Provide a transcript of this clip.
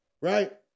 Right